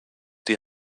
die